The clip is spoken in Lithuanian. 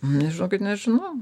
nu ne žinokit nežinau